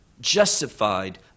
justified